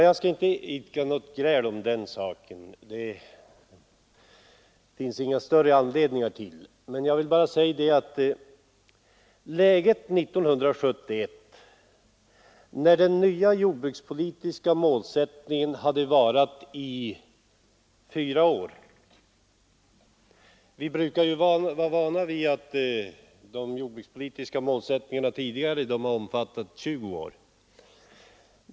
Jag skall inte starta något gräl om den saken — det finns ingen större anledning att göra det. Men helt kan jag inte låta det stå oemotsagt. De jordbrukspolitiska målsättningarna har tidigare sträckt sig över 20 år.